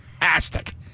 fantastic